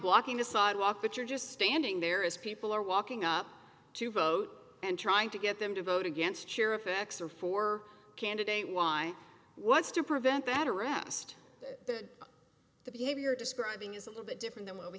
blocking the sidewalk but you're just standing there as people are walking up to vote and trying to get them to vote against sheriff x or for candidate y what's to prevent that arrest that the behavior describing is a little bit different than what we